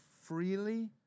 freely